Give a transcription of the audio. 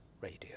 radio